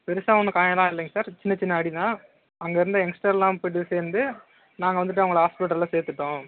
பெருசாக ஒன்றும் காயம்லாம் இல்லைங்க சார் சின்ன சின்ன அடி தான் அங்கே இருந்த யங்ஸ்டர்லாம் போயிட்டு சேர்ந்து நாங்கள் வந்துவிட்டு அவங்களை ஹாஸ்பிட்டலில் சேர்த்துட்டோம்